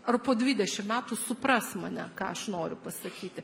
ar po dvidešim metų supras mane ką aš noriu pasakyti